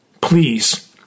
please